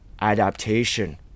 adaptation